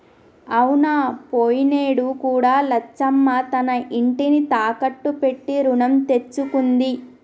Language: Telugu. అవునా పోయినేడు కూడా లచ్చమ్మ తన ఇంటిని తాకట్టు పెట్టి రుణం తెచ్చుకుంది